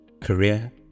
career